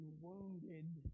wounded